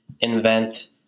invent